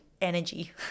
energy